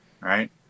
Right